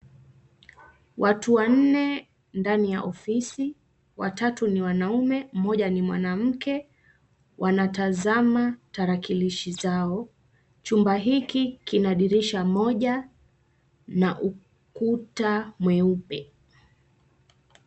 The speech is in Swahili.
Watu wanne ndani ya ofisi. Watatu ni wanaume, mmoja ni mwanamke wanatazama tarakilishi zao. Chumba hiki kina dirisha moja na ukuta mweupe.